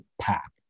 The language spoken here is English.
pack